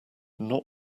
not